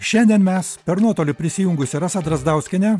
šiandien mes per nuotolį prisijungusi rasa drazdauskienė